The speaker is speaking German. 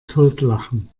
totlachen